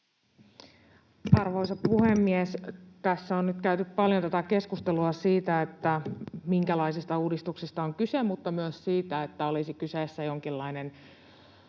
Arvoisa puhemies! Tässä on nyt käyty paljon tätä keskustelua siitä, minkälaisista uudistuksista on kyse, mutta myös siitä, että olisi kyseessä jonkinlainen